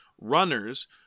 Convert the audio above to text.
Runners